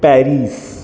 Paris